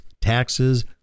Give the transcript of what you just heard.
taxes